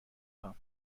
خوام